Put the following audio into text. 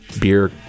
beer